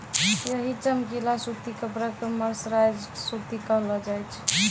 यही चमकीला सूती कपड़ा कॅ मर्सराइज्ड सूती कहलो जाय छै